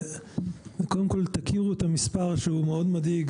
קודם כל, תכירו את המספר, שהוא מאוד מדאיג